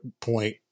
point